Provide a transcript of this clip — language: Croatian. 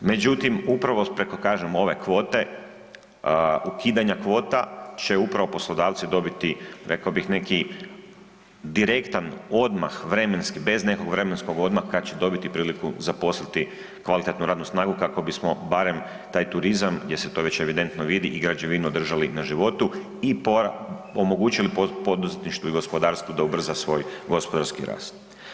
Međutim, upravo preko kažem ove kvote, ukidanja kvota će upravo poslodavci dobiti rekao bih neki direktan odmah vremenski, bez nekog vremenskog odmaka kad će dobiti priliku zaposliti kvalitetnu radnu snagu kako bismo barem taj turizam gdje se to već evidentno vidi i građevinu držali na životu i omogućili poduzetništvu i gospodarstvu da ubrza svoj gospodarski rast.